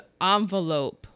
envelope